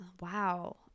Wow